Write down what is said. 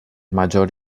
major